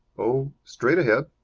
oh, straight ahead.